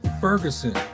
Ferguson